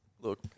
Look